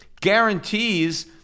guarantees